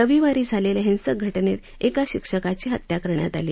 रविवारी झालेल्या हिंसक घटनेत एका शिक्षकाची हत्या करण्यात आली